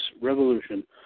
Revolution